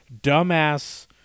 dumbass